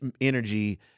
energy